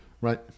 right